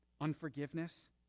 unforgiveness